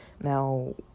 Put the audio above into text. Now